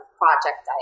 project